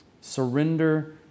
Surrender